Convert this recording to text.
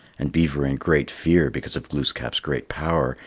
and beaver in great fear because of glooskap's great power,